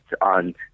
on